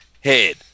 head